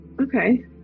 Okay